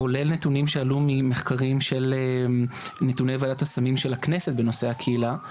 כולל נתונים שעלו ממחקרים של נתוני ועדת הסמים של הכנסת בנושא הקהילה,